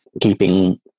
keeping